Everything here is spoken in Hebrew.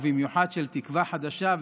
ובמיוחד של תקווה חדשה,